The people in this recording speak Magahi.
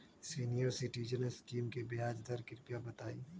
सीनियर सिटीजन स्कीम के ब्याज दर कृपया बताईं